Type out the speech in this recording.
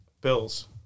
Bills